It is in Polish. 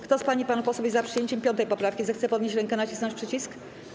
Kto z pań i panów posłów jest za przyjęciem 5. poprawki, zechce podnieść rękę i nacisnąć przycisk.